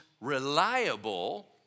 reliable